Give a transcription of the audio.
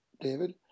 David